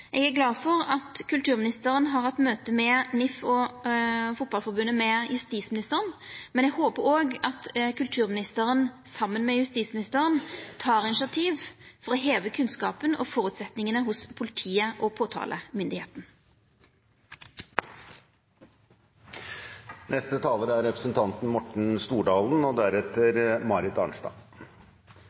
Eg er glad for at kulturministeren har hatt møte med NIF og Norges Fotballforbund saman med justisministeren, men eg håpar òg at kulturministeren, saman med justisministeren, tek initativ for å heva kunnskapen og føresetnadane hos politiet og